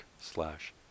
slash